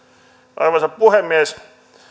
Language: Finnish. arvoisa puhemies